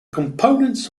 components